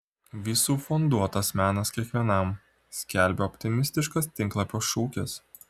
visų funduotas menas kiekvienam skelbia optimistiškas tinklalapio šūkis